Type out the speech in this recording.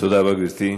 תודה רבה, גברתי.